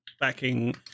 backing